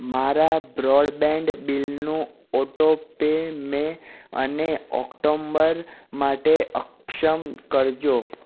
મારા બ્રૉડબેન્ડ બિલનું autopay May અને ઓક્ટોમ્બર માટે અક્ષમ કરજો